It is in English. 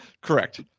Correct